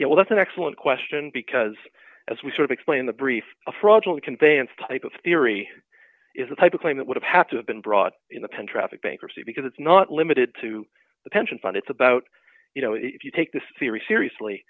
yeah well that's an excellent question because as we sort of explain the brief a fraudulent conveyance type of theory is a type of claim that would have to have been brought in the penn traffic bankruptcy because it's not limited to the pension fund it's about you know if you take this theory seriously